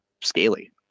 scaly